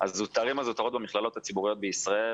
הזוטרים והזוטרות במכללות הציבוריות בישראל,